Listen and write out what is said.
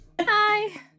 hi